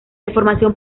información